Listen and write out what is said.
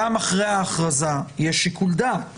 גם אחרי ההכרזה יש שיקול דעת.